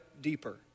deeper